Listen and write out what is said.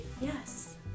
yes